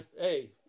Hey